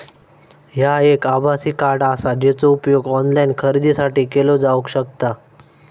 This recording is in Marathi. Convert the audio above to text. ह्या एक आभासी कार्ड आसा, जेचो उपयोग ऑनलाईन खरेदीसाठी केलो जावक शकता